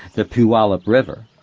the puyallup river.